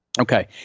Okay